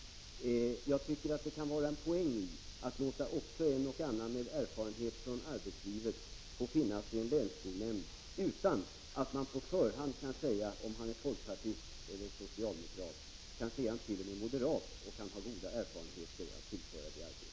Jag tycker att det kan vara en poäng i att låta också en och annan med erfarenhet från arbetslivet få finnas i en länsskolnämnd utan att man på förhand kan säga om han är folkpartist eller socialdemokrat. Kanske är han t.o.m. moderat och kan ha goda erfarenheter att tillföra arbetet i en länsskolnämnd!